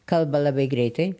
kalba labai greitai